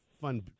fun